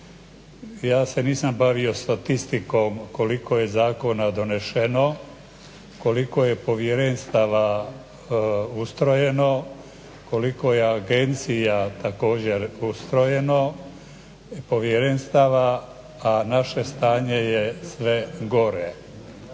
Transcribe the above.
Ja se nisam bavio statistikom koliko je zakona doneseno, koliko je povjerenstava ustrojeno, koliko je agencija također ustrojeno, povjerenstava, a naše stanje je sve gore.